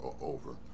over